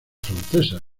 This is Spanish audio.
francesas